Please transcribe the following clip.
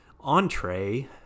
entree